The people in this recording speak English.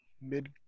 Mid